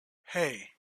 hey